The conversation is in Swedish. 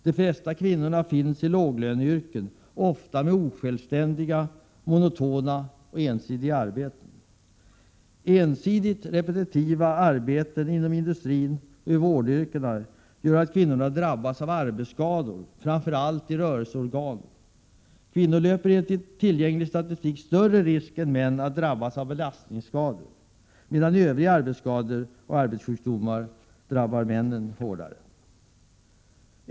De flesta kvinnorna finns i låglöneyrken, ofta med osjälvständiga, monotona och ensidiga arbeten. Ensidiga, repetitiva arbeten inom industrin och i vårdyrkena gör att kvinnor drabbas av arbetsskador, framför allt i rörelseorganen. Kvinnor löper, enligt tillgänglig statistik, större risk än män att drabbas av belastningsskador, medan övriga arbetsskador och arbetssjukdomar drabbar män hårdare.